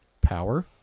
power